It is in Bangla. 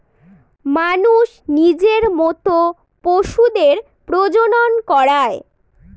মানুষ নিজের মত পশুদের প্রজনন করায়